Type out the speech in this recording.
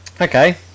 Okay